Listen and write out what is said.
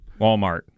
walmart